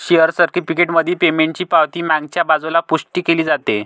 share certificate मधील पेमेंटची पावती मागच्या बाजूला पुष्टी केली जाते